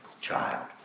child